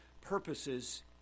purposes